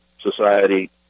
society